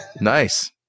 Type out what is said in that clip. Nice